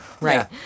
Right